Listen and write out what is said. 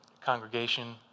congregation